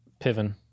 piven